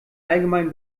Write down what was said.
allgemein